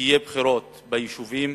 שיהיו בחירות ביישובים.